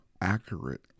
accurate